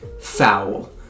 foul